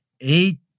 eight